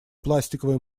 пластиковые